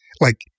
like-